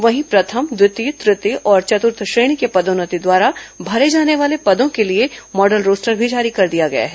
वहीं प्रथम द्वितीय तृतीय और चतृर्थ श्रेणी के पदोन्नति द्वारा भरे जाने वाले पदों के लिए मॉडल रोस्टर भी जारी कर दिया गया है